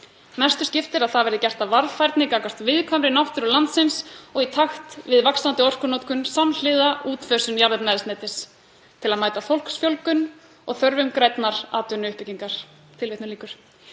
Mestu skiptir að það verði gert af varfærni gagnvart viðkvæmri náttúru landsins og í takt við vaxandi orkunotkun samhliða útfösun jarðefnaeldsneytis, til að mæta fólksfjölgun og þörfum grænnar atvinnuuppbyggingar.“ Ég velti því